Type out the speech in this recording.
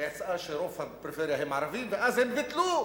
אבל יצא שרוב הפריפריה הם ערבים ואז הם ביטלו